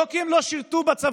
לא כי הם לא שירתו בצבא,